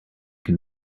can